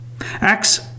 Acts